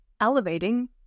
elevating